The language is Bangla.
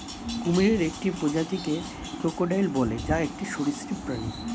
কুমিরের একটি প্রজাতিকে ক্রোকোডাইল বলে, যা একটি সরীসৃপ প্রাণী